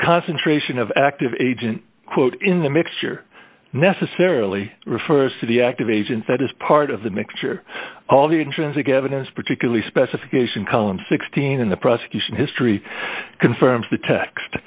concentration of active agent quote in the mixture necessarily refers to the active agent that is part of the mixture all the intrinsic evidence particularly specification column sixteen in the prosecution history confirms the text